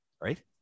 right